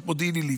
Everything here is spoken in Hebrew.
את מודיעין עילית,